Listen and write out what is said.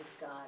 God